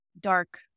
dark